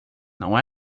não